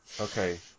Okay